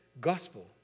gospel